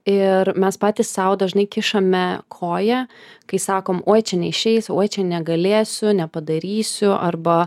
ir mes patys sau dažnai kišame koją kai sakom oi čia neišeis oi čia negalėsiu nepadarysiu arba